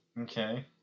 okay